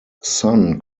son